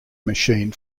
machine